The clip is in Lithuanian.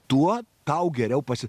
tuo tau geriau pasi